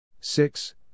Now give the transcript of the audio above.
six